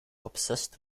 obsessed